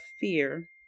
fear